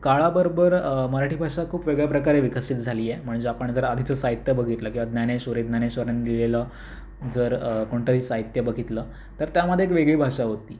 काळाबरोबर मराठी भाषा खूप वेगळ्या प्रकारे विकसित झाली आहे म्हणजे आपण जर आधीचं साहित्य बघितलं किंवा ज्ञानेश्वरी ज्ञानेश्वरांनी लिहिलेलं जर कोणतंही साहित्य बघितलं तर त्यामध्ये एक वेगळी भाषा होती